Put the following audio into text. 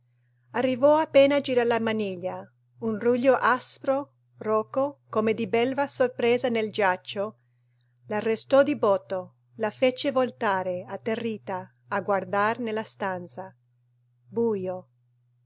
arrivò appena a girar la maniglia un ruglio aspro roco come di belva sorpresa nel giaccio l'arrestò di botto la fece voltare atterrita a guardar nella stanza bujo